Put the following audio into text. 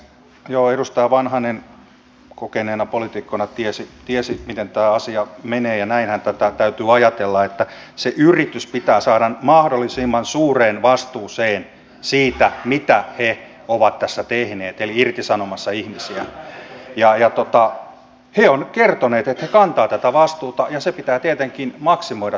joo edustaja vanhanen kokeneena poliitikkona tiesi miten tämä asia menee ja näinhän tätä täytyy ajatella että se yritys pitää saada mahdollisimman suureen vastuuseen siitä mitä he ovat tässä tehneet eli ovat irtisanomassa ihmisiä ja he ovat kertoneet että he kantavat tätä vastuuta ja se vastuunkantaminen pitää tietenkin maksimoida